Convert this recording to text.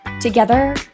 Together